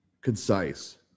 concise